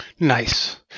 Nice